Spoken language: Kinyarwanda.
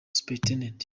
supt